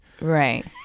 right